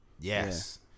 Yes